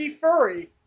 furry